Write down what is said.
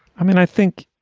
i mean, i think.